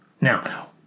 Now